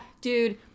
dude